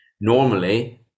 normally